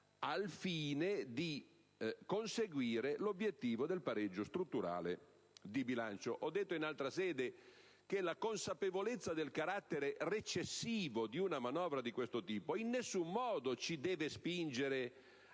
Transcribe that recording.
al fine di conseguire l'obiettivo del pareggio strutturale di bilancio. Ho detto in altra sede che la consapevolezza del carattere recessivo di una manovra di questo tipo in nessun modo ci deve spingere